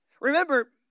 Remember